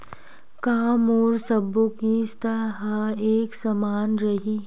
का मोर सबो किस्त ह एक समान रहि?